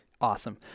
Awesome